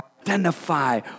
identify